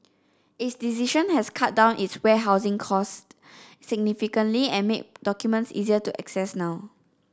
its decision has cut down its warehousing cost significantly and made documents easier to access now